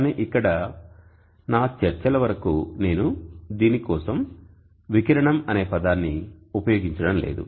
కానీ ఇక్కడ నా చర్చల వరకు నేను దీని కోసం వికిరణం అనే పదాన్ని ఉపయోగించడం లేదు